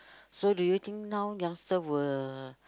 so do you think now youngster will